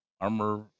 armor